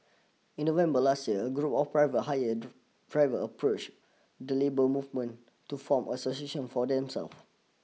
in November last year a group of private hire drivers approached the labour movement to form an association for themselves